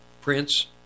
Prince